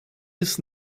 des